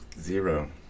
Zero